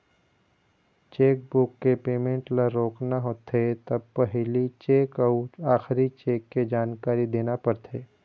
chequebook के payment ल रोकना होथे त पहिली चेक अउ आखरी चेक के जानकारी देना परथे